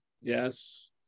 Yes